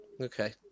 Okay